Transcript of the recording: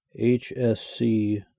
HSC